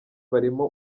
barimo